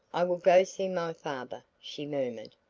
i will go see my father, she murmured,